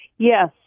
Yes